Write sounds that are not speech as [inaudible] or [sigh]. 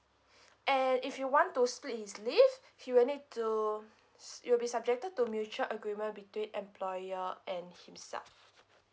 [breath] and if you want to split his leave he will need to s~ it'll be subjected to mutual agreement between employer and himself